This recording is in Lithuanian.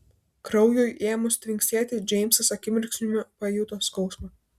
kraujui ėmus tvinksėti džeimsas akimirksniu pajuto skausmą